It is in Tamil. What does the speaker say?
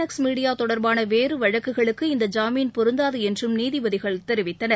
எக்ஸ் மீடியா தொடர்பாள வேறு வழக்குகளுக்கு இந்த ஜாமீன் பொருந்தாது என்றும் நீதிபதிகள் தெரிவித்தனர்